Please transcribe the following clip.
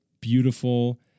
beautiful